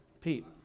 Pete